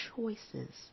choices